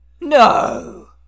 No